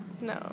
No